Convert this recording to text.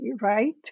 right